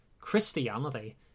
Christianity